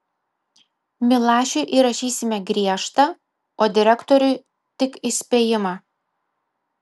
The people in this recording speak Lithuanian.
milašiui įrašysime griežtą o direktoriui tik įspėjimą